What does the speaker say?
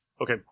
Okay